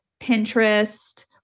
Pinterest